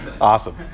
awesome